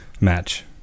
match